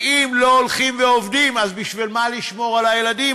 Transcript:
כי אם לא הולכים ועובדים אז בשביל מה לשמור על הילדים,